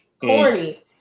corny